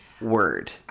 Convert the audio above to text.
word